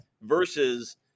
Versus